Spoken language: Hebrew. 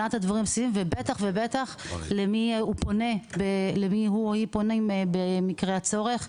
ובטח ובטח למי הוא או היא פונים במקרה הצורך.